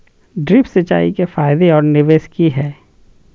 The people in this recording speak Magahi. ड्रिप सिंचाई के फायदे और निवेस कि हैय?